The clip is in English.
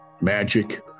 magic